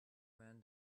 ran